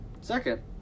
Second